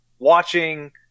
watching